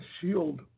shield